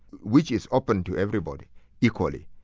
which is open to everybody equally.